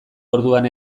orduan